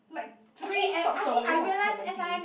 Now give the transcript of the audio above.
like three stops away from Clementi